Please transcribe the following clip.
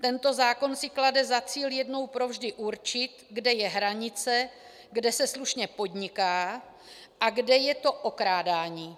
Tento zákon si klade za cíl jednou pro vždy určit, kde je hranice, kde se slušně podniká, a kde je to okrádání.